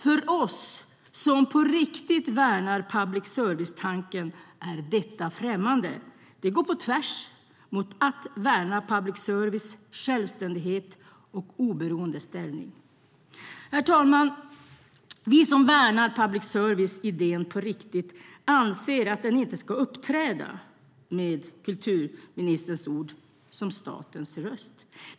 För oss som på riktigt värnar public service-tanken är detta främmande. Det går på tvärs mot att värna public services självständighet och oberoende ställning. Herr talman! Vi som värnar public service-idén på riktigt anser att den inte ska uppträda som, med kulturministerns ord, statens röst.